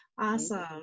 awesome